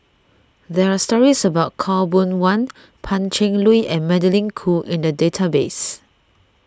there are stories about Khaw Boon Wan Pan Cheng Lui and Magdalene Khoo in the database